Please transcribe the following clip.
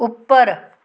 ਉੱਪਰ